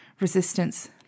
Resistance